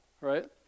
right